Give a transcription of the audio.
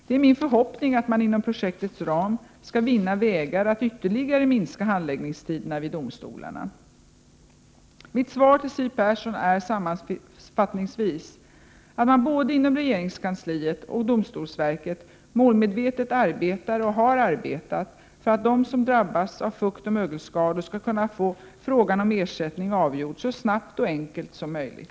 Det är min förhoppning att man inom projektets ram skall finna vägar att ytterligare minska handläggningstiderna vid domstolarna. Mitt svar till Siw Persson är sammanfattningsvis att man både inom regeringskansliet och inom domstolsverket målmedvetet arbetar och har arbetat för att de som drabbas av fuktoch mögelskador skall kunna få frågan om ersättning avgjord så snabbt och enkelt som möjligt.